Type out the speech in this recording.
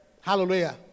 Hallelujah